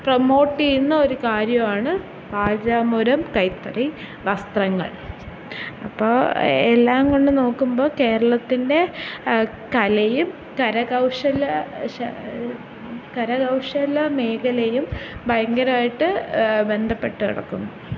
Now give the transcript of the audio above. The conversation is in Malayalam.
പ്രമോട്ട് ചെയ്യുന്ന ഒര് കാര്യവാണ് ബാലരാമപുരം കൈത്തറി വസ്ത്രങ്ങള് അപ്പോൾ എല്ലാം കൊണ്ടും നോക്കുമ്പം കേരളത്തിന്റെ കലയും കരകൗശല കരകൗശല മേഖലയും ഭയങ്കരവായിട്ട് ബന്ധപ്പെട്ട് കിടക്കുന്നു